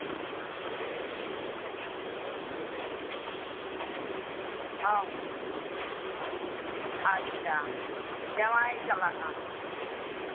ᱦᱚᱸ ᱟᱪᱪᱷᱟ ᱡᱟᱶᱟᱭᱮ ᱪᱟᱞᱟᱜᱼᱟ